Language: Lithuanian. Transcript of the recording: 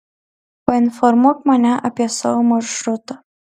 painformuok mane apie savo maršrutą